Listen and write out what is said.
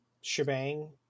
shebang